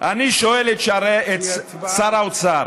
אני שואל את שר האוצר,